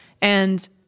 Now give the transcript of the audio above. And-